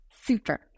Super